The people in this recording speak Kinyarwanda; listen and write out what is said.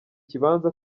kibanza